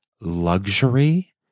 luxury